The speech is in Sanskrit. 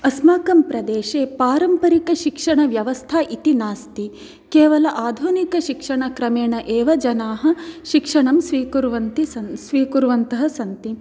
अस्माकं प्रदेशे पारम्परिकशिक्षणव्यवस्था इति नास्ति केवलम् आधुनिकशिक्षणक्रमेण एव जनाः शिक्षणं स्वीकुर्वन्ति सन् स्वीकुर्वन्तः सन्ति